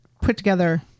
put-together